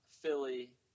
Philly